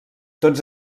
tots